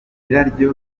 yabaye